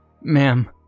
Ma'am